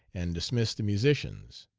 and dismiss the musicians.